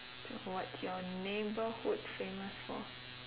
so what's your neighbourhood famous for